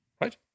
right